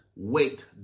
Wait